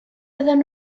byddan